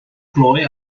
glou